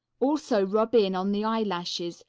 also rub in on the eyelashes,